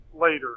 later